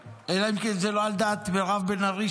אלא אם כן זה לא על דעת מירב בן ארי,